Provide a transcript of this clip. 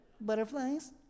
Butterflies